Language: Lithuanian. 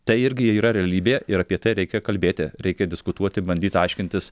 tai irgi yra realybė ir apie tai reikia kalbėti reikia diskutuoti bandyt aiškintis